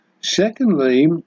Secondly